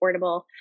affordable